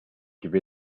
give